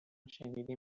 شنیدیم